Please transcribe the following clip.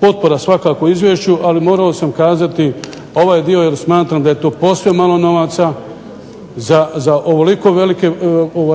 potpora svakako izvješću, ali morao sam kazati ovaj dio jer smatram da je to posve malo novaca za ovoliko velike